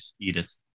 edith